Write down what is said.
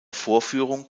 vorführung